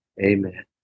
Amen